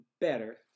better